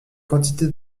quantité